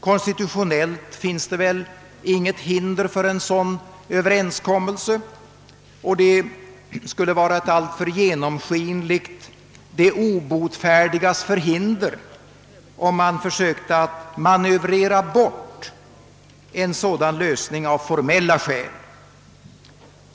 Konstitutionellt finns det väl inget hinder för en sådan överenskommelse, och det skulle vara ett alltför genomskinligt de obotfärdigas förhinder, om man försökte att manövrera bort en sådan lösning av formella skäl.